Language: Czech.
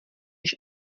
než